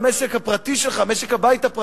במשק הפרטי שלך,